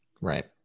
Right